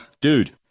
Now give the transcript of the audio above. Dude